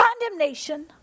condemnation